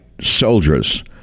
soldiers